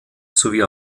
sowie